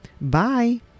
Bye